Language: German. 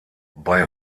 bei